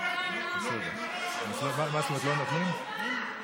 אתה הולך בניגוד לתקנון.